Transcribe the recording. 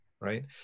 right